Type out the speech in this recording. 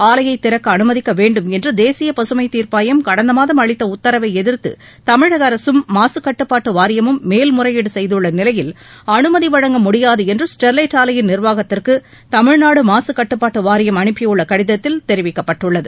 ஆலையை திறக்க அனுமதிக்க வேண்டுமென்று தேசிய பசுமைத் தீர்ப்பாயம் கடந்த மாதம் அளித்த உத்தரவை எதிர்த்து தமிழக அரசும் மாசு கட்டுப்பாட்டு வாரியமும் மேல்முறையீடு செய்துள்ள நிலையில் அனுமதி வழங்க முடியாது என்று ஸ்டெர்லைட் ஆலையின் நிர்வாகத்திற்கு தமிழ்நாடு மாசு கட்டுப்பாட்டு வாரியம் அனுப்பியுள்ள கடிதத்தில் தெரிவிக்கப்பட்டுள்ளது